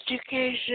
education